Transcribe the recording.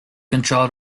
control